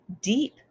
deep